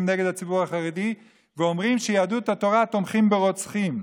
נגד הציבור החרדי ואומרים שיהדות התורה תומכים ברוצחים.